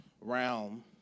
realm